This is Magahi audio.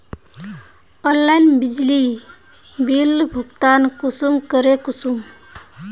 ऑनलाइन बिजली बिल भुगतान कुंसम करे करूम?